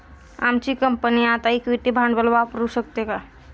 आमची कंपनी आता इक्विटी भांडवल वापरू शकते का?